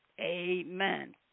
Amen